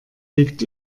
liegt